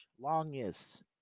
Longest